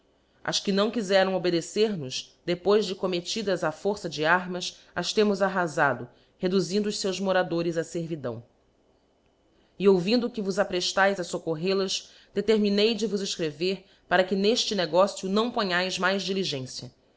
as que não quizeram obedecer nos depois de commettidas á força de armas as temos arrafado reduzindo os feus moradores á fervidáo e ouvindo que vos apreftaes a foccorrel as determinei de vos efcrever para que n'efte negocio não ponhaes mais diligencia